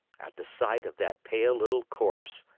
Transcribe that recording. at the sight of that pale little corpse,